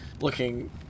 looking